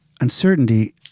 Uncertainty